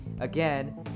Again